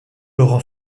laurent